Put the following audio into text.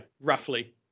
roughly